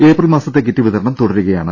April മാസത്തെ kit വിതരണം തുടരുകയാണ്